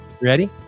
Ready